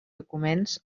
documents